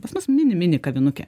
pas mus mini mini kavinukė